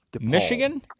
Michigan